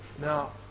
Now